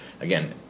again